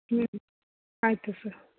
ಹ್ಞೂ ಆಯಿತು ಸರ್